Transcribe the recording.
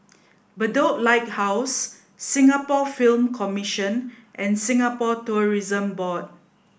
Bedok Lighthouse Singapore Film Commission and Singapore Tourism Board